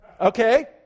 okay